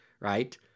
right